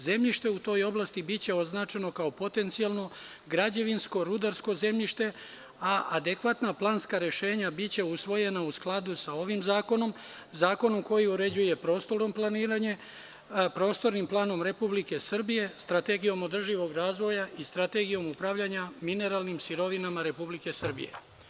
Zemljište u toj oblasti biće označeno kao potencijalno, građevinsko, rudarsko zemljište, a adekvatna planska rešenja biće usvojena u skladu sa ovim zakonom, zakonom koji uređuje prostorno planiranje, Prostornim planom RS, Strategijom održivog razvoja i Strategijom upravljanja mineralnim sirovinama RS.